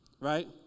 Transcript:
right